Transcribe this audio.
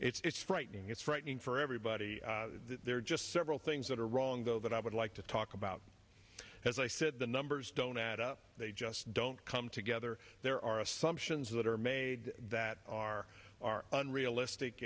now it's frightening it's frightening for everybody there are just several things that are wrong though that i would like to talk about as i said the numbers don't add up they just don't come together there are assumptions that are made that are are unrealistic